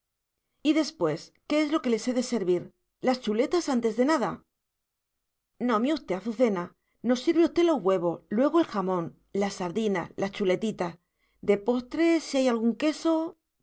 y después qué es lo que les he de servir las chuletas antes de nada no misté azucena nos sirve usted los huevos luego el jamón las sardinas las chuletitas de postre si hay algún queso